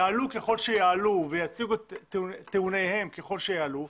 יעלו ככל שיעלו ויציגו את טיעוניהם ככל שיעלו.